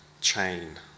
chain